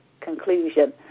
conclusion